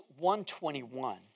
1.21